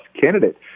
candidate